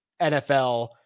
NFL